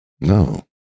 No